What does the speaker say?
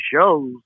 shows